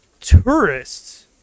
tourists